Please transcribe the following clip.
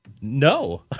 No